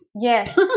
Yes